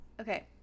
Okay